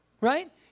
Right